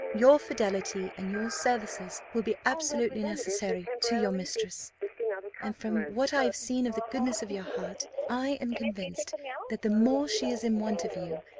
your fidelity and your services will be absolutely necessary to your mistress and from what i have seen of the goodness of your heart, i am convinced that the more she is in want of you,